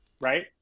Right